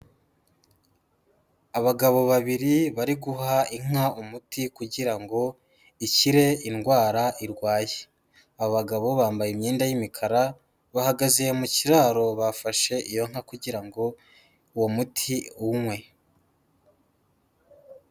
Abagabo babiri bari guha inka umuti kugira ngo ikire indwara irwaye, abagabo bambaye imyenda y'imikara, bahagaze mu kiraro bafashe iyo nka kugira uwo muti iwunywe.